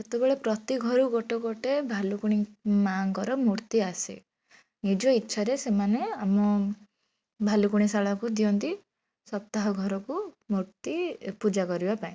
ସେତେବେଳେ ପ୍ରତି ଘରୁ ଗୋଟେ ଗୋଟେ ଭାଲୁକୁଣୀ ମା'ଙ୍କର ମୂର୍ତ୍ତି ଆସେ ନିଜ ଇଚ୍ଛାରେ ସେମାନେ ଆମ ଭାଲୁକୁଣୀ ଶାଳାକୁ ଦିଅନ୍ତି ସପ୍ତାହ ଘରକୁ ମୂର୍ତ୍ତି ପୂଜା କରିବା ପାଇଁ